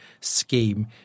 scheme